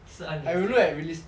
是 unrealistic 一点